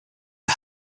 are